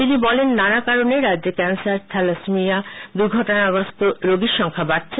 তিনি বলেন নানা কারণে রাজ্যে ক্যান্সার থ্যালাসেমিয়া দুর্ঘটনাগ্রস্ত রোগীর সংখ্যা বাড়ছে